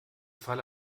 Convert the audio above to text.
fall